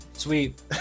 sweet